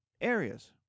areas